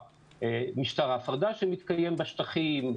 משטר ההפרדה שמתקיים בשטחים,